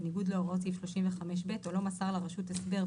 בניגוד להוראות סעיף 35(ב) או לא מסר לרשות הסבר,